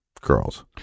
girls